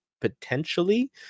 potentially